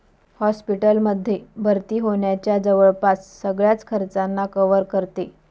hospital मध्ये भर्ती होण्याच्या जवळपास सगळ्याच खर्चांना कव्हर करते